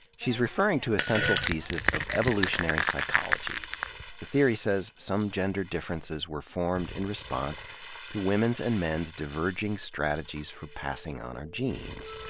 she's referring to a central thesis of evolutionary psychology. the theory says some gender differences were formed in response to women's and men's diverging strategies for passing on our genes.